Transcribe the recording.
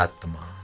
Atma